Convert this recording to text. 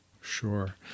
Sure